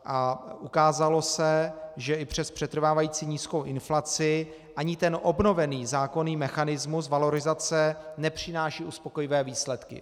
A ukázalo se, že i přes přetrvávající nízkou inflaci ani ten obnovený zákonný mechanismus valorizace nepřináší uspokojivé výsledky.